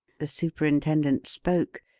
the superintendent spoke,